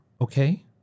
Okay